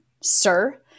sir